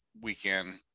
weekend